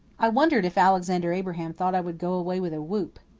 i wondered if alexander abraham thought i would go away with a whoop.